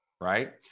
right